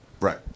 Right